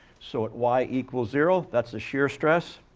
so, y equal zero that's the shear stress.